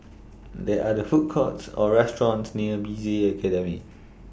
They Are There Food Courts Or restaurants near B C A Academy